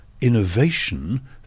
innovation